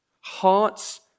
hearts